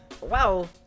wow